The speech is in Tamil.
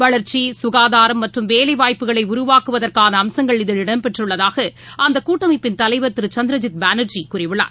வளர்ச்சி சுகாதாரம் மற்றும் வேலைவாய்ப்புக்களை உருவாக்வதற்கான அம்சங்கள் இதில் இடம்பெற்றுளளதாக அந்த கூட்டமைப்பின் தலைவா் திரு சந்திரஜித் பானாஜி கூறியுள்ளார்